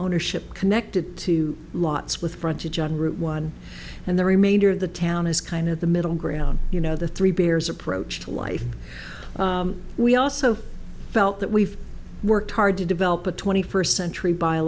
ownership connected to lots with frontage on route one and the remainder of the town is kind of the middle ground you know the three bears approach to life we also felt that we've worked hard to develop a twenty first century by